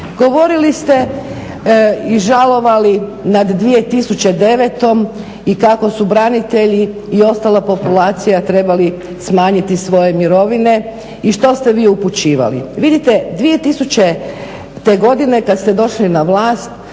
Govorili ste i žalovali nad 2009. i kako su branitelji i ostala populacija trebali smanjiti svoje mirovine i što ste vi upućivali. Vidite, 2000. godine kad ste došli na vlast